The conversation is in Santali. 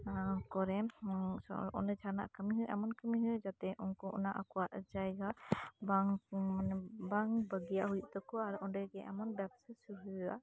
ᱟᱠᱚᱨᱮᱱ ᱥᱚᱨ ᱚᱸᱰᱮ ᱡᱟᱦᱟᱸᱱᱟᱜ ᱠᱟᱢᱤ ᱦᱩᱭᱩᱜᱼᱟ ᱮᱢᱚᱱ ᱠᱟᱢᱤ ᱦᱩᱭᱩᱜᱼᱟ ᱡᱟᱛᱮ ᱩᱱᱠᱩ ᱚᱱᱟ ᱟᱠᱚᱣᱟᱜ ᱡᱟᱭᱜᱟ ᱵᱟᱝ ᱢᱟᱱᱮ ᱵᱟᱝ ᱵᱟᱜᱤᱭᱟᱜ ᱦᱩᱭᱩᱜ ᱛᱟᱠᱚᱣᱟ ᱟᱨ ᱚᱸᱰᱮ ᱜᱮ ᱮᱢᱚᱱ ᱵᱮᱵᱽᱥᱟ ᱦᱩᱭᱩᱜᱼᱟ